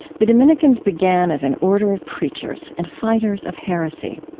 the dominicans began as an order of preachers and fighters of heresy.